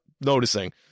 noticing